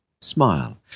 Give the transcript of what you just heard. Smile